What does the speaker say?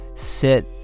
sit